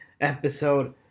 episode